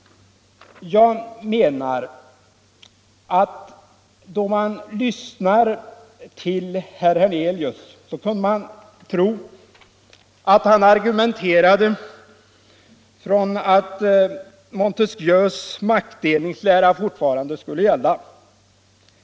Då man lyssnar till herr Hernelius kunde man tro att han argumenterade från den utgångspunkt att Montesquieus maktfördelningslära fortfarande skulle gälla.